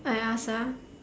I ask ah